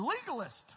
legalist